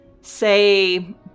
say